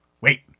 Wait